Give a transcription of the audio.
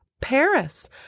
Paris